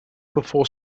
before